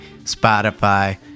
Spotify